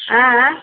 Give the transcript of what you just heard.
ଆଁ ଆଁ